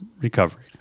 recovery